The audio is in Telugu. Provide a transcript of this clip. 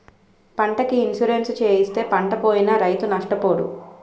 పంటకి ఇన్సూరెన్సు చేయిస్తే పంటపోయినా రైతు నష్టపోడు